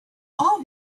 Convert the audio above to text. all